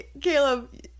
Caleb